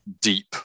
deep